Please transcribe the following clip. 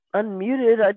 unmuted